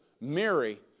Mary